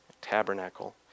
tabernacle